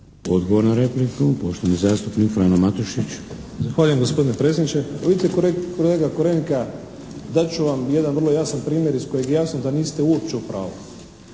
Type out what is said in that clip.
Odgovor na repliku, poštovani zastupnik Frano Matušić. **Matušić, Frano (HDZ)** Zahvaljujem gospodine predsjedniče. Vidite, kolega Korenika, dat ću vam jedan vrlo jasan primjer iz kojeg je jasno da niste uopće u pravu.